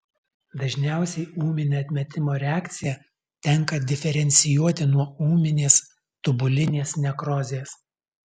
dažniausiai ūminę atmetimo reakciją tenka diferencijuoti nuo ūminės tubulinės nekrozės